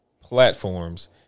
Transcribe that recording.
platforms